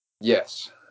Yes